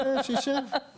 שישב.